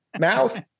mouth